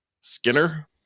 Skinner